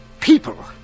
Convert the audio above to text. People